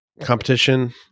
competition